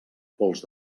pols